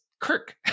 kirk